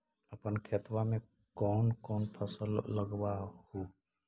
अपन खेतबा मे कौन कौन फसल लगबा हू?